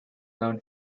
known